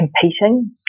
competing